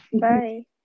Bye